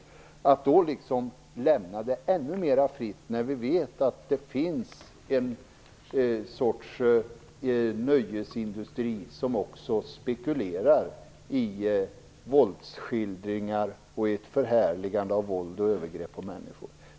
Det vore utomordentligt oklokt att lämna det ännu mer fritt när vi vet att det finns en nöjesindustri som spekulerar i våldsskildringar och i ett förhärligande av våld och övergrepp på människor.